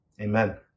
Amen